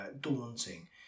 daunting